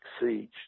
siege